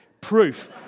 proof